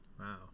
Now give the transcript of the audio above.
Wow